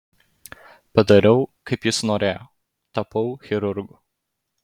padariau kaip jis norėjo tapau chirurgu